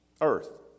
earth